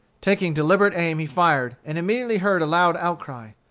taking deliberate aim he fired, and immediately heard a loud outcry.